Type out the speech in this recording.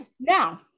now